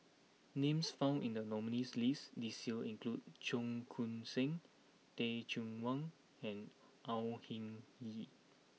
names found in the nominees' list this year include Cheong Koon Seng Teh Cheang Wan and Au Hing Yee